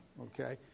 okay